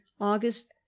august